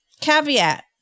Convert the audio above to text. caveat